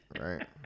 right